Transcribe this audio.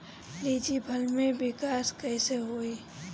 लीची फल में विकास कइसे होई?